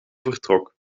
vertrok